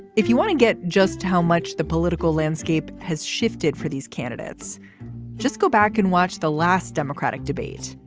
if you want to get just how much the political landscape has shifted for these candidates just go back and watch the last democratic debate.